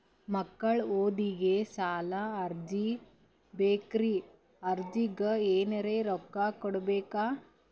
ಮಕ್ಕಳ ಓದಿಗಿ ಸಾಲದ ಅರ್ಜಿ ಬೇಕ್ರಿ ಅರ್ಜಿಗ ಎನರೆ ರೊಕ್ಕ ಕೊಡಬೇಕಾ?